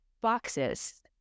boxes